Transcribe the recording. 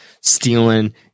stealing